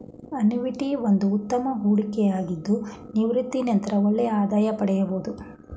annuity ಒಂದು ಉತ್ತಮ ಹೂಡಿಕೆಯಾಗಿದ್ದು ನಿವೃತ್ತಿಯ ನಂತರ ಒಳ್ಳೆಯ ಆದಾಯ ಪಡೆಯಬಹುದು